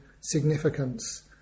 significance